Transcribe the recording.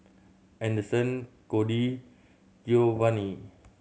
Anderson Codi Geovanni